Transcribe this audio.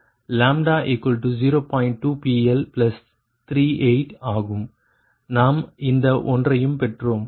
2 PL38 ஆகும் நாம் இந்த ஒன்றையும் பெற்றோம்